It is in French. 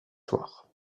soir